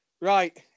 Right